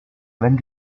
wenn